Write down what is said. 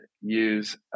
use